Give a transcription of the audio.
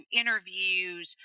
interviews